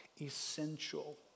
essential